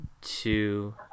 two